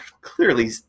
clearly